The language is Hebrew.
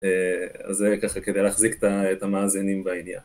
אז זה ככה כדי להחזיק את המאזינים בעניין